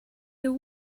your